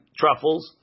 truffles